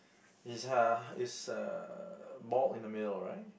is uh is uh bald in the middle right